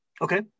Okay